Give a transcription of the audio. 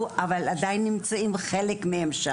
אבי היה באושוויץ ואני זוכרת שהוא סיפר לנו על ה-ברק שהוא היה בו.